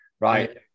right